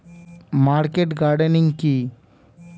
Market gardening কি?